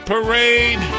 Parade